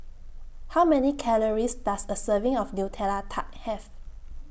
How Many Calories Does A Serving of Nutella Tart Have